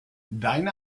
deine